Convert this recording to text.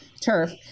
turf